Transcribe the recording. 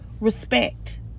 respect